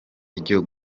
ryo